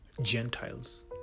Gentiles